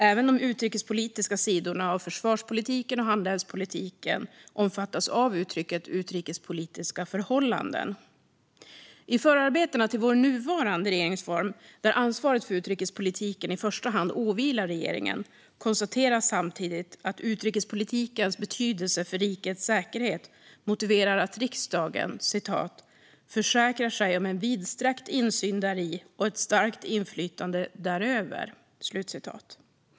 Även de utrikespolitiska sidorna av försvarspolitiken och handelspolitiken omfattas av uttrycket utrikespolitiska förhållanden. I förarbetena till vår nuvarande regeringsform, där ansvaret för utrikespolitiken i första hand åvilar regeringen, konstateras samtidigt att utrikespolitikens betydelse för rikets säkerhet motiverar att riksdagen "försäkrar sig om en vidsträckt insyn däri och ett starkt inflytande däröver".